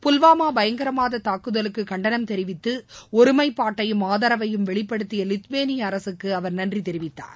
புல்வாமா பயங்கரவாத தாக்குதலுக்கு கண்டனம் தெரிவித்து ஒருமைப்பாட்டையும் ஆதரவையும் வெளிப்படுத்திய லித்வேனிய அரசுக்கு அவர் நன்றி தெரிவித்தார்